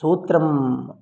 सूत्रं